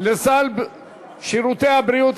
לסל שירותי הבריאות),